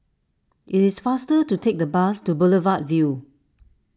it is faster to take the bus to Boulevard Vue